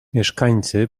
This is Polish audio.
mieszkańcy